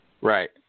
Right